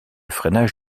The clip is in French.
freinage